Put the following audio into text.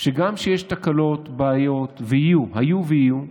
שגם כשיש תקלות, בעיות, והיו ויהיו,